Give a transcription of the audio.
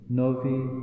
novi